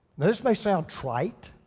this may sound trite.